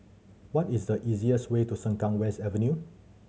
what is the easiest way to Sengkang West Avenue